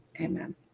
amen